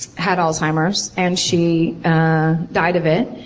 had alzheimer's. and she died of it.